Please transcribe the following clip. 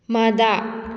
ꯃꯗꯥ